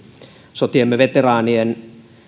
sotiemme veteraanien